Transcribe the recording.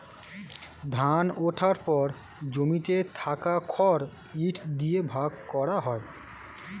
ধান ওঠার পর জমিতে থাকা খড় ইট দিয়ে ভাগ করা হয়